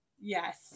Yes